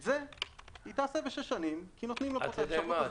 את זה היא תעשה בשש שנים כי נותנים לה אופציה כזאת.